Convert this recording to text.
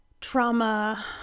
trauma